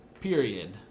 Period